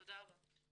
תודה רבה.